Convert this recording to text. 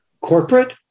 corporate